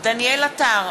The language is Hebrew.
דניאל עטר,